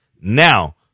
now